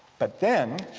but then